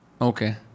Okay